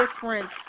different